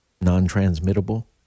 non-transmittable